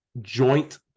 joint